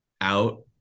out